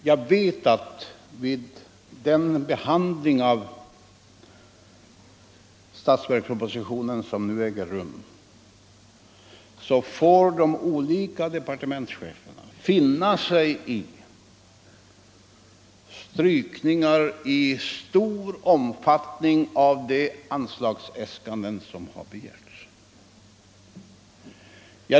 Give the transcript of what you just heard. Jag vet att vid den behandling av statsverkspropositionen som nu äger rum får de olika departementscheferna finna sig i strykningar i stor omfattning i de anslagsäskanden som framställts.